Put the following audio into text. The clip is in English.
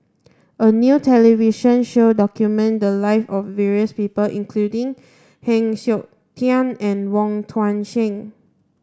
a new television show documented the lives of various people including Heng Siok Tian and Wong Tuang Seng